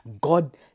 God